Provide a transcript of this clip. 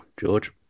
George